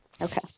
Okay